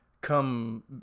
come